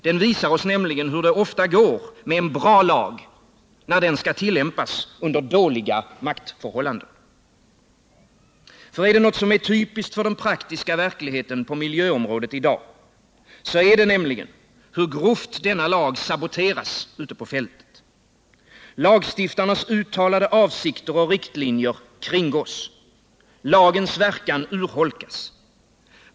Den visar oss nämligen hur det ofta går med en bra lag, när den skall tillämpas under dåliga maktförhållanden. Är det något som är typiskt för den praktiska verkligheten på miljöområdet i dag, så är det ju hur grovt denna lag saboteras ute på fältet. Lagstiftarnas uttalade avsikter och riktlinjer kringgås. Lagens verkan urholkas.